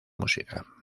música